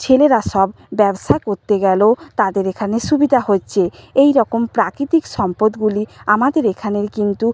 ছেলেরা সব ব্যবসা করতে গেলেও তাদের এখানে সুবিধা হচ্ছে এইরকম প্রাকৃতিক সম্পদগুলি আমাদের এখানের কিন্তু